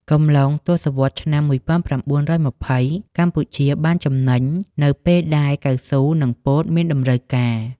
កំឡុងទសវត្សឆ្នាំ១៩២០ កម្ពុជាបានចំណេញនៅពេលដែលកៅស៊ូនិងពោតមានតម្រូវការ។